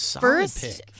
first